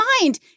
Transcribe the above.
mind